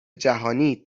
جهانی